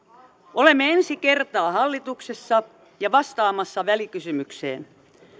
olemme ensi kertaa hallituksessa ja vastaamassa välikysymykseen